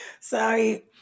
Sorry